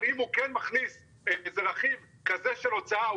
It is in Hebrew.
אבל אם הוא כן מכניס איזה רכיב כזה של הוצאה,